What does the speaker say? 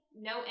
no